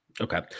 Okay